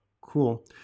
Cool